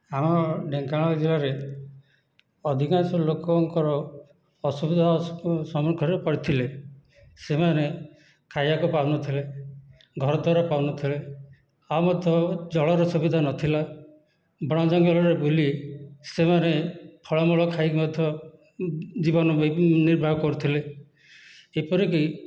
ଆମ ଢେଙ୍କାନାଳ ଜିଲ୍ଲାରେ ଅଧିକାଂଶ ଲୋକଙ୍କର ଅସୁବିଧା ସମ୍ମୁଖରେ ପଡ଼ିଥିଲେ ସେମାନେ ଖାଇବାକୁ ପାଉନଥିଲେ ଘରଦ୍ୱାର ପାଉନଥିଲେ ଆଉ ମଧ୍ୟ ଜଳର ସୁବିଧା ନଥିଲା ବଣ ଜଙ୍ଗଲରେ ବୁଲି ସେମାନେ ଫଳ ମୂଳ ଖାଇକରି ମଧ୍ୟ ଜୀବନ ବି ନିର୍ବାହ କରୁଥିଲେ ଏପରିକି